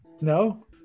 No